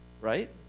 right